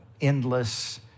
endless